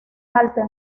altos